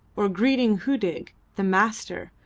or greeting hudig, the master,